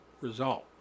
result